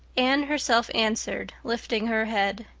anne herself answered, lifting her head.